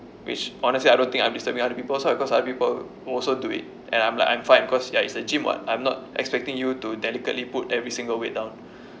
which honestly I don't think I'm disturbing other people also because other people also do it and I'm like I'm fine because ya it's a gym [what] I'm not expecting you to delicately put every single weight down